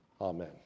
Amen